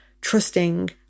trusting